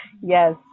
Yes